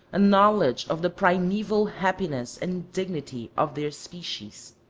a knowledge of the primeval happiness and dignity of their species.